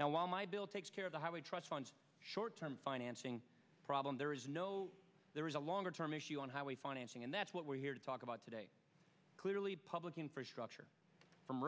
now while my bill takes care of the highway trust fund short term financing problem there is no there is a longer term issue on highway financing and that's what we're here to talk about today clearly public infrastructure from